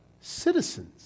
Citizens